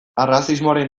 arrazismoaren